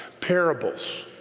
parables